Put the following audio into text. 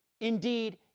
Indeed